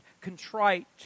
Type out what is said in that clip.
contrite